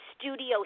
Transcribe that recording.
studio